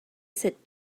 sit